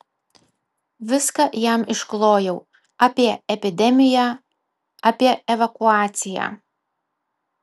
viską jam išklojau apie epidemiją apie evakuaciją